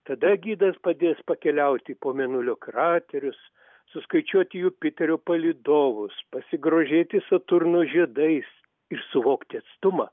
tada gidas padės pakeliauti po mėnulio kraterius suskaičiuoti jupiterio palydovus pasigrožėti saturno žiedais ir suvokti atstumą